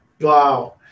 Wow